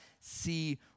see